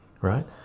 right